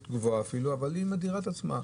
גבוהה אפילו אבל היא מדירה את עצמה.